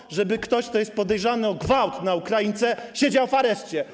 Po to, żeby ktoś, kto jest podejrzany o gwałt na Ukraince, siedział w areszcie.